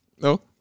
No